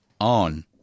on